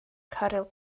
caryl